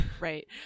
Right